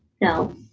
no